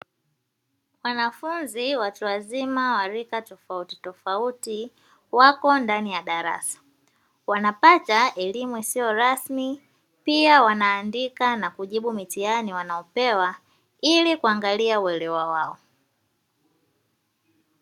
Wanafunzi watu wazima wa rika tofautitofauti wako ndani ya darasa, wanapata elimu isiyo rasmi pia wanaandika na kujibu mitihani wanayopewa, ili kuangalia uelewa wao.